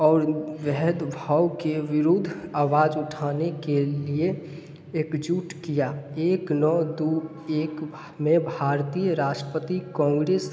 और भेदभाव के विरुद्ध आवाज़ उठाने के लिए एकजुट किया एक नौ दू एक में भारतीय राष्ट्रपति कोंग्रेस